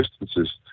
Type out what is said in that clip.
distances